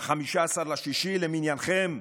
ב-15 ביוני למניינכם,